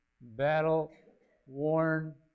battle-worn